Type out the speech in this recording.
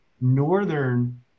Northern